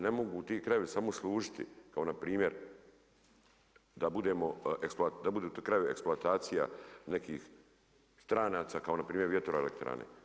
Ne mogu ti krajevi samo služiti kao npr. da budu ti krajevi eksploatacija nekih stranaca kao npr. vjetroelektrane.